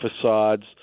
facades